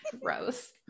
Gross